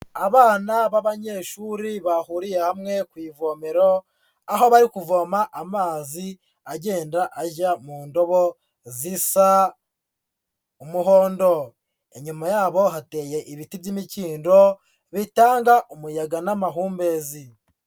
Abana b'abanyeshuri bahuriye hamwe ku ivomero, aho bari kuvoma amazi agenda ajya mu ndobo zisa'umuhondo, inyuma yabo hateye ibiti by'imikindo bitanga umuyaga n'amahumbezi.